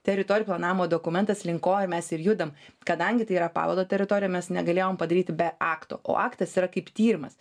teritorijų planavimo dokumentas link ko mes ir judam kadangi tai yra paveldo teritorija mes negalėjom padaryti be akto o aktas yra kaip tyrimas